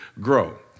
grow